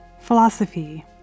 philosophy